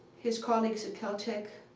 his colleagues at caltech,